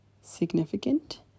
significant